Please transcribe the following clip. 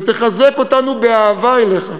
ותחזק אותנו באהבה אליך,